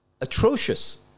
atrocious